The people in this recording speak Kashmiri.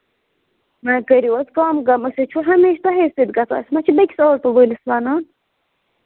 وۅنۍ کٔرو حظ کَم أسۍ حظ چھِ ہمیٚشہٕ تۄہہِ سۭتۍ گژھان أسۍ ما چھِ بیٚیہِ کِس آٹوٗ وٲلِس وَنان